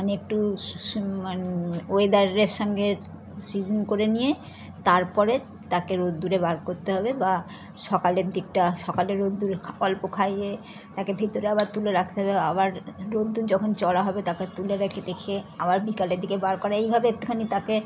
মানে একটু সুসুমান ওয়েদারের সঙ্গে সিজেন করে নিয়ে তারপরে তাকে রোদ্দুরে বার করতে হবে বা সকালের দিকটা সকালের রোদ্দুর অল্প খাইয়ে তাকে ভেতরে আবার তুলে রাখতে হবে আবার রোদ্দুর যখন চড়া হবে তাকে তুলে রেখে টেখে আবার বিকালের দিকে বার করা এইভাবে একটুখানি তাকে